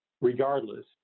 regardless